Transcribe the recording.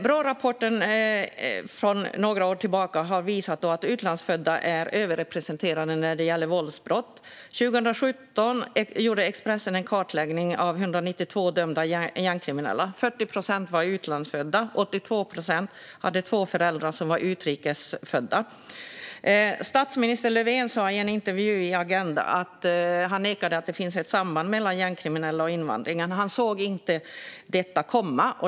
Brårapporten för några år sedan har visat att utlandsfödda är överrepresenterade när det gäller våldsbrott. År 2017 gjorde Expressen en kartläggning av 192 dömda gängkriminella. 40 procent av dem var utlandsfödda och 82 procent av dem hade två föräldrar som var utrikes födda. Statsminister Löfven nekade i en intervju i Agenda till att det finns ett samband mellan gängkriminella och invandring. Han såg inte detta komma.